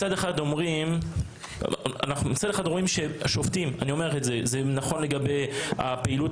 מצד אחד אומרים ששופטים -- זה נכון לגבי הפעילות